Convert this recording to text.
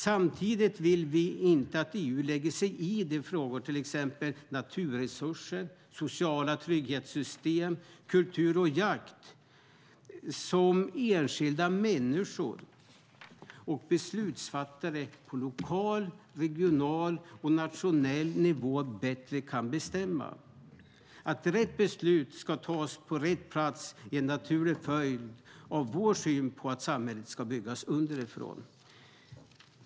Samtidigt vill vi inte att EU lägger sig i olika frågor - till exempel naturresurser, sociala trygghetssystem, kultur och jakt - där enskilda människor och beslutsfattare på lokal, regional och nationell nivå bättre kan bestämma. Att rätt beslut ska tas på rätt plats är en naturlig följd av vår syn på att samhället ska byggas underifrån.